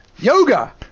Yoga